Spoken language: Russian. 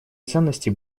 ценности